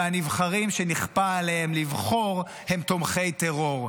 והנבחרים שנכפה עליהם לבחור הם תומכי טרור.